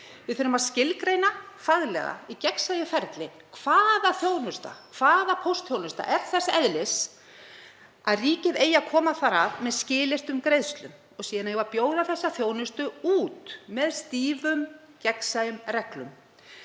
Við þurfum að skilgreina faglega, í gegnsæju ferli, hvaða póstþjónusta er þess eðlis að ríkið eigi að koma þar að með skilyrtum greiðslum og síðan eigum við að bjóða þá þjónustu út með stífum, gegnsæjum reglum.